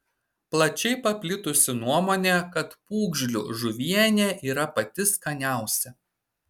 plačiai paplitusi nuomonė kad pūgžlių žuvienė yra pati skaniausia